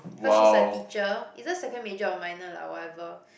cause she's a teacher either second major or minor lah whatever